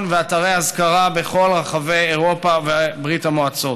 ואזכרה בכל רחבי אירופה וברית המועצות.